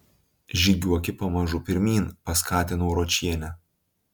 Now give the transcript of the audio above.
žygiuoki pamažu pirmyn paskatinau ročienę